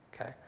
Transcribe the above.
okay